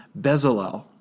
Bezalel